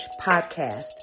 podcast